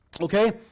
Okay